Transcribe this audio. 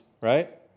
right